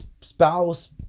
spouse